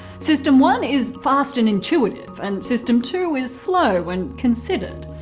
system one is fast and intuitive and system two is slow and considered.